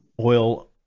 oil